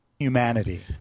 Humanity